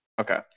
Okay